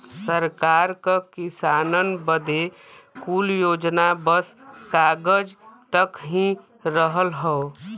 सरकार क किसानन बदे कुल योजना बस कागज तक ही रहल हौ